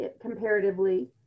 comparatively